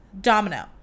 Domino